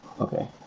okay